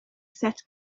set